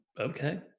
okay